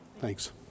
Thanks